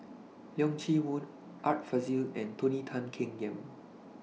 Leong Chee Mun Art Fazil and Tony Tan Keng Yam